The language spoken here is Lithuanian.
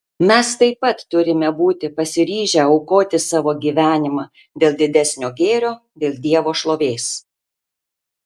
mes taip pat turime būti pasiryžę aukoti savo gyvenimą dėl didesnio gėrio dėl dievo šlovės